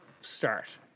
start